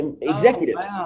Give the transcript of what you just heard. executives